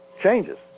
changes